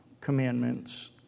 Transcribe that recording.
commandments